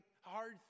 hard